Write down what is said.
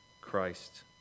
Christ